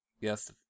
Yes